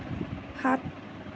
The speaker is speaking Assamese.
সাত